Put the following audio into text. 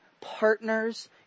partners